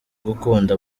gukunda